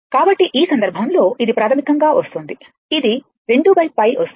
కాబట్టి ఈ సందర్భంలో ఇది ప్రాథమికంగా వస్తోంది ఇది 2 π వస్తుంది